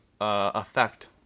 effect